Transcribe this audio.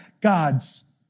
God's